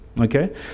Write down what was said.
Okay